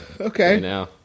Okay